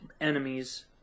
enemies